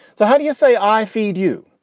so how do you say i feed you.